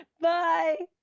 Bye